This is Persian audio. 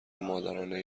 مادرانه